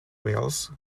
wales